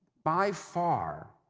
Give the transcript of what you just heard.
by far,